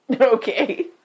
Okay